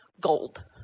gold